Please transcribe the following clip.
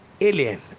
alien